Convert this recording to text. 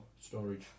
storage